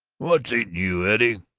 what's eating you, eddie?